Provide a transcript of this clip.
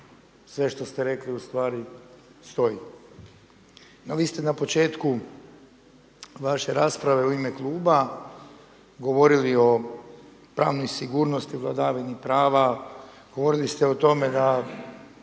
sve što ste rekli ustvari stoji. No vi ste na početku vaše rasprave u ime kluba govorili o pravnoj sigurnosti, vladavini prava, govorili ste o tome da